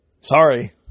sorry